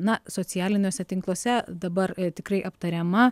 na socialiniuose tinkluose dabar tikrai aptariama